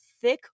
thick